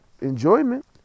enjoyment